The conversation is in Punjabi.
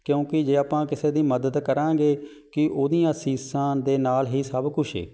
ਕਿਉਂਕਿ ਜੇ ਆਪਾਂ ਕਿਸੇ ਦੀ ਮਦਦ ਕਰਾਂਗੇ ਕਿ ਉਹਦੀਆਂ ਅਸੀਸਾਂ ਦੇ ਨਾਲ ਹੀ ਸਭ ਕੁਛ ਹੈ